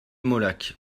molac